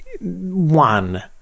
One